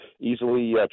easily